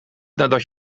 nadat